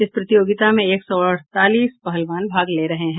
इस प्रतियोगिता में एक सौ अड़तालीस पहलवान भाग ले रहे हैं